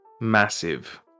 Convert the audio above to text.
massive